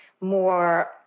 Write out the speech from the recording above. more